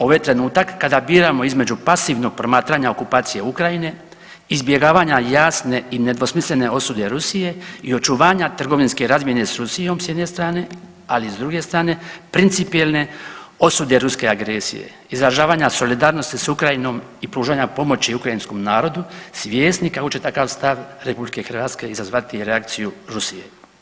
Ovo je trenutak kada biramo između pasivnog promatranja okupacije Ukrajine, izbjegavanja jasne i nedvosmislene osude Rusije i očuvanja trgovinske razmjene s Rusije s jedne strane, ali s druge strane principijelne osude ruske agresije, izražavanja solidarnosti s Ukrajinom i pružanja pomoći ukrajinskom narodu svjesni kako će takav stav RH izazvati reakciju Rusije.